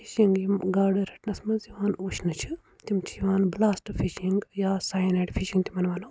fishing یِم گاڈٕ رَٹنَس مَنٛز یِوان وٕچھنہٕ چھِ تِم چھِ یِوان بٕلاسٹ فِشِنٛگ یا ساینایِڈ فِشِنٛگ تِمَن وَنو